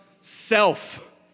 self